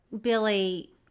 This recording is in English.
Billy